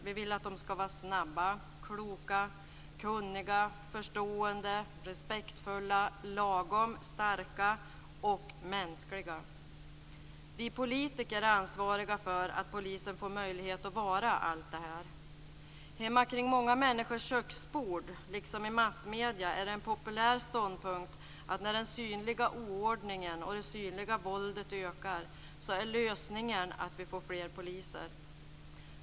Vi vill att de ska vara snabba, kloka, kunniga förstående, respektfulla, lagom starka och mänskliga. Vi politiker är ansvariga för att polisen får möjlighet att vara allt det här. Hemma kring många människors köksbord, liksom i massmedierna, är det en populär synpunkt att när den synliga oordningen och det synliga våldet ökar är lösningen att vi får fler poliser.